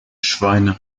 schweine